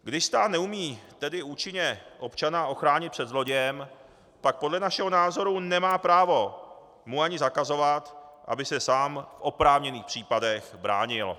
Když stát neumí tedy účinně občana ochránit před zlodějem, pak podle našeho názoru nemá právo mu ani zakazovat, aby se sám v oprávněných případech bránil.